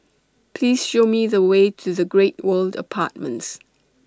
Please Show Me The Way to The Great World Apartments